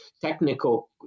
technical